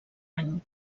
any